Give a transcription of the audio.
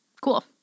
cool